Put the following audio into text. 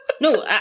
No